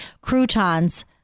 croutons